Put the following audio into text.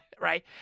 Right